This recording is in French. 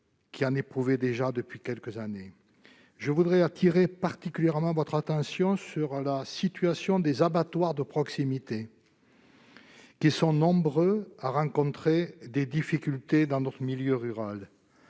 connaissaient depuis plusieurs années. Je voudrais attirer particulièrement votre attention sur la situation des abattoirs de proximité, qui sont nombreux à rencontrer des difficultés en milieu rural.